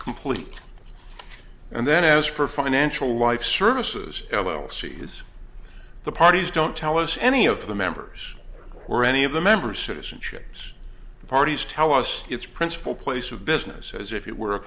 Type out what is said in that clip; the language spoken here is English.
complete and then as for financial life services l l c is the parties don't tell us any of the members or any of the member citizenships the parties tell us its principal place of business as if it were a